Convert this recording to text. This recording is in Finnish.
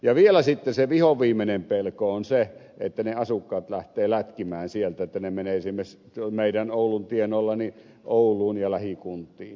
ja vielä sitten se vihonviimeinen pelko on se että ne asukkaat lähtevät lätkimään sieltä ne menevät esimerkiksi meillä oulun tienoilla ouluun ja lähikuntiin